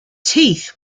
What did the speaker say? teeth